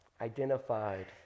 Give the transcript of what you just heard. identified